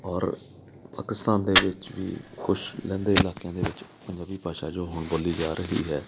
ਔਰ ਪਾਕਿਸਤਾਨ ਦੇ ਵਿੱਚ ਵੀ ਕੁਛ ਲਹਿੰਦੇ ਇਲਾਕਿਆਂ ਦੇ ਵਿੱਚ ਪੰਜਾਬੀ ਭਾਸ਼ਾ ਜੋ ਹੁਣ ਬੋਲੀ ਜਾ ਰਹੀ ਹੈ